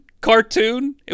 cartoon